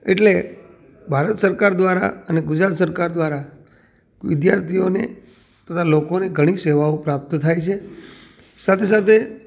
એટલે ભારત સરકાર દ્રારા અને ગુજરાત સરકાર દ્રારા વિદ્યાર્થીઓને થતાં લોકોને ઘણી સેવાઓ પ્રાપ્ત થાય છે સાથે સાથે